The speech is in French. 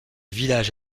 village